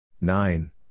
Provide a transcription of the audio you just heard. nine